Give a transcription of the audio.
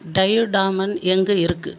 டையூ டாமன் எங்கே இருக்கு